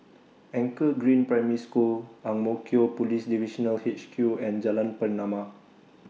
Anchor Green Primary School Ang Mo Kio Police Divisional H Q and Jalan Pernama